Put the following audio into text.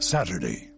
Saturday